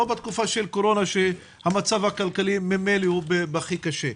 לא בתקופת קורונה שהמצב הכלכלי ממילא הכי קשה.